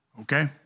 okay